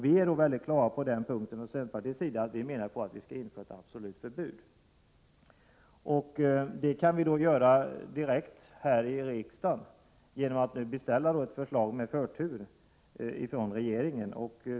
Vi är väldigt klara på den punkten från centerpartiets sida. Vi menar att det skall införas ett absolut förbud. Det riksdagen då kan göra är att direkt beställa ett förslag med förtur från regeringen.